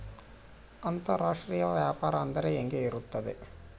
ಅಂತರಾಷ್ಟ್ರೇಯ ವ್ಯಾಪಾರ ಅಂದರೆ ಹೆಂಗೆ ಇರುತ್ತದೆ?